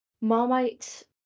Marmite